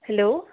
hello